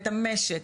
את המשק,